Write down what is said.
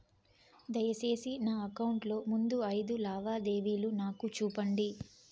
దయసేసి నా అకౌంట్ లో ముందు అయిదు లావాదేవీలు నాకు చూపండి